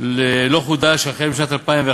לא חודש החל משנת 2011